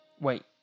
Wait